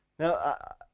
Now